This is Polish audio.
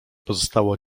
pozostało